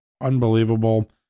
unbelievable